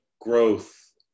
growth